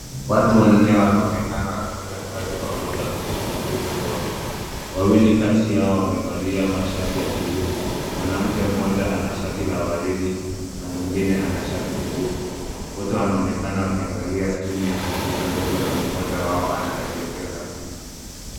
Watu wanne wanaonekana wakifanya kazi pamoja kwenye kompyuta ndogo wawili kati yao wamevalia mashati ya buluu mwanamke mmoja ana shati la waridi na mwingine ana shati jeupe wote wanaonekana wakiangalia skrini ya kompyuta ndogo na mmoja wao anaelekeza kitu.